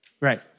Right